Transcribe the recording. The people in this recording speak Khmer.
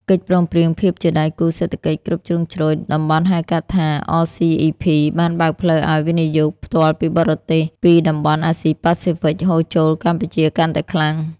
កិច្ចព្រមព្រៀងភាពជាដៃគូសេដ្ឋកិច្ចគ្រប់ជ្រុងជ្រោយតំបន់ ហៅកាត់ថា RCEP បានបើកផ្លូវឱ្យ វិនិយោគផ្ទាល់ពីបរទេស ពីតំបន់អាស៊ីប៉ាស៊ីហ្វិកហូរចូលកម្ពុជាកាន់តែខ្លាំង។